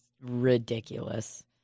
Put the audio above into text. ridiculous